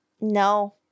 No